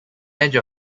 edge